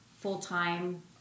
full-time